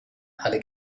alle